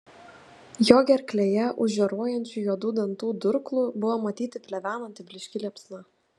jo gerklėje už žioruojančių juodų dantų durklų buvo matyti plevenanti blyški liepsna